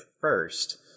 first